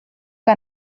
que